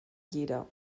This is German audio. jeder